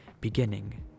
beginning